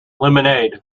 lemonade